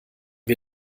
wir